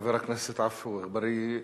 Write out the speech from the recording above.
חבר הכנסת עפו אגבאריה,